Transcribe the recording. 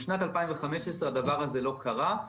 משנת 2015 הדבר הזה לא קרה,